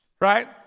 right